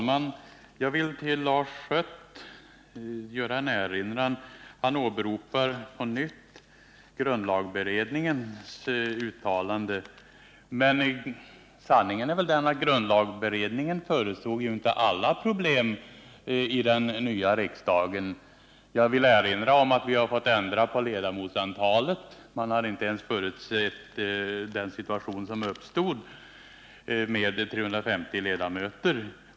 Herr talman! Lars Schött åberopar på nytt grundlagberedningens uttalande. Men sanningen är väl den att grundlagberedningen inte förutsåg alla problem iden nya riksdagen. Jag vill erinra om att vi har fått ändra på ledamotsantalet; man harinte ens förutsett den situation som uppstod med 350 ledamöter.